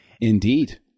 Indeed